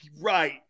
Right